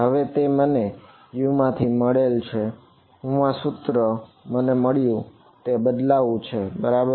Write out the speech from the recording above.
હવે તે મને U માંથી મળેલ છે હું આ સૂત્રમાં જે મને મળ્યું તે તેમાં બદલાવું છે બરાબર